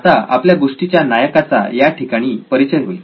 आत्ता आपल्या गोष्टीच्या नायकाचा या ठिकाणी परिचय होईल